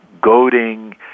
goading